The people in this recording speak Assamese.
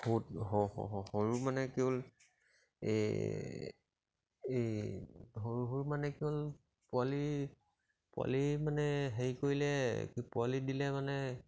বহুত সৰু মানে কেৱল এই এই সৰু সৰু মানে কেৱল পোৱালি পোৱালি মানে হেৰি কৰিলে কি পোৱালি দিলে মানে